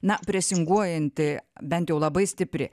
na presinguojanti bent jau labai stipri